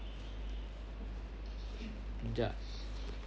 ya